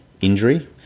injury